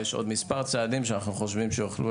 יש עוד מספר צעדים שאנו חושבים שיכולים